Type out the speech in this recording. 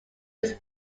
was